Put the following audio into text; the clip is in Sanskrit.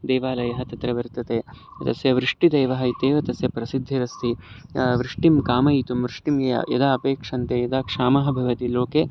देवालयः तत्र वर्तते तस्य वृष्टिदेवः इत्येव तस्य प्रसिद्धिरस्ति वृष्टिं कामयितुं वृष्टिं ये यदा अपेक्षन्ते यदा क्षामः भवति लोके